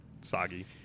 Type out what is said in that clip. soggy